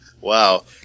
wow